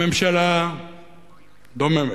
הממשלה דוממת.